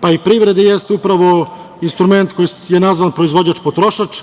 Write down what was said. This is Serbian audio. pa i privrede, jeste upravo instrument koji je nazvan – proizvođač-potrošač.